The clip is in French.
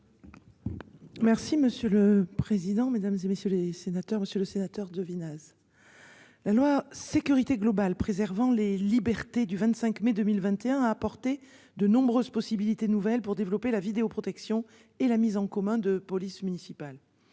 Merci monsieur le président, Mesdames, et messieurs les sénateurs, Monsieur le Sénateur, devina. La loi sécurité globale préservant les libertés du 25 mai 2021 a apporté de nombreuses possibilités nouvelles pour développer la vidéo-protection et la mise en commun de police municipale.